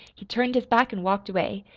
he turned his back and walked away.